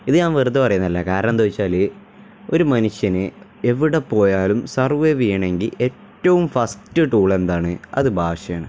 ഇതു ഞാൻ വെറുതേ പറയുന്നതല്ല കാരണം എന്താണെന്നുവച്ചാല് ഒരു മനുഷ്യന് എവിടെ പോയാലും സർവൈവ് ചെയ്യണമെങ്കില് ഏറ്റവും ഫസ്റ്റ് ടൂളെന്താണ് അതു ഭാഷയാണ്